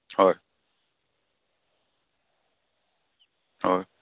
হয় হয়